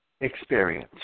experience